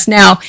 now